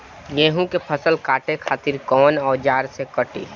गेहूं के फसल काटे खातिर कोवन औजार से कटी?